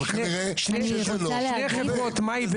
חברים, אני